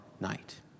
night